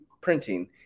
printing